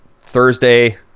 Thursday